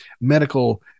medical